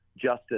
justice